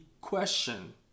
question